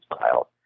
files